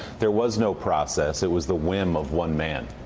there was no process, it was the whim of one man.